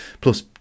plus